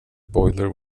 boiler